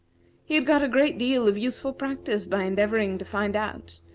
he had got a great deal of useful practice by endeavoring to find out,